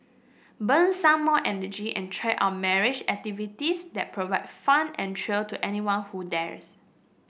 burn some more energy and try out myriad activities that provide fun and thrill to anyone who dares